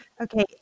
Okay